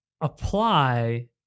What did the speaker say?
apply